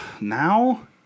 now